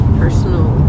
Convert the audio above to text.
personal